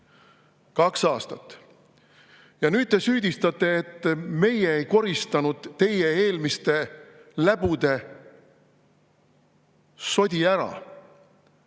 kaks aastat! – ja nüüd te süüdistate, et meie ei koristanud teie eelmiste läbude sodi ära